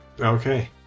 Okay